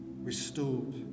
restored